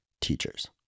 teachers